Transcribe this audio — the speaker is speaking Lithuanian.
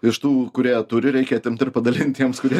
iš tų kurie turi reikia atimt ir padalint tiems kurie